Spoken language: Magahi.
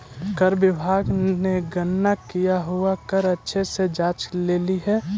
कर विभाग ने गणना किया हुआ कर अच्छे से जांच लेली हे